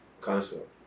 concept